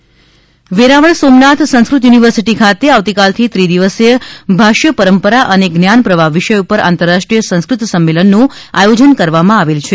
સંસ્કૃત સંમેલન Veraval Somnath Sanskrit university ખાતે આવતીકાલથી ત્રિદિવસીય ભાષ્ય પરંપરા અને જ્ઞાનપ્રવાહ વિષય પર આંતરરાષ્ટ્રીય સંસ્કૃત સંમેલનનું આયોજન કરવામાં આવેલ છે